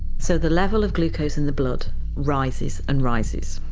so the level of glucose in the blood rises and rises.